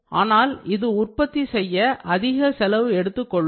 ஆனால் இது உற்பத்தி செய்ய அதிக செலவு எடுத்துக்கொள்ளும்